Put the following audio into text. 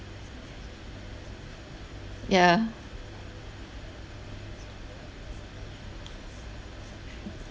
yeah